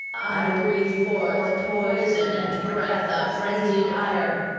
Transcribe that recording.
i breathe forth poison and breath of frenzied ire.